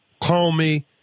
Comey